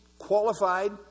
qualified